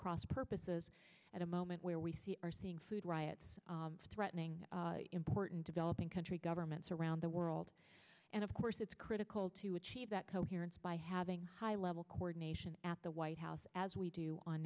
cross purposes at a moment where we are seeing food riots threatening important developing country governments around the world and of course it's critical to achieve that coherence by having high level coordination at the white house as we do on